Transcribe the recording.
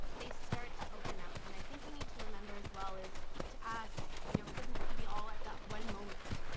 they start to open up. and i think we need to remember as well is to ask you know, it doesn't have to be all at that one moment.